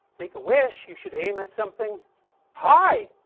make a wish you should aim at something high!